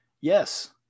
Yes